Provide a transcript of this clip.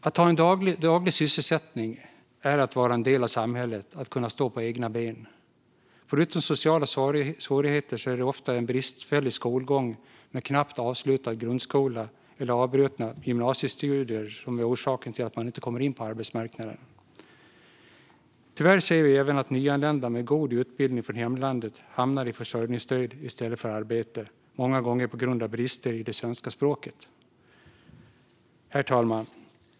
Att ha en daglig sysselsättning är att vara en del av samhället, att kunna stå på egna ben. Förutom sociala svårigheter är det ofta en bristfällig skolgång med knappt avslutad grundskola eller avbrutna gymnasiestudier som är orsaken till att man inte kommer på arbetsmarknaden. Tyvärr ser vi dock att även nyanlända med god utbildning från hemlandet hamnar i försörjningsstöd i stället för i arbete, många gånger på grund av brister i det svenska språket.